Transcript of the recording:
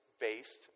based